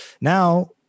now